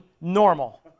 normal